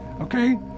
Okay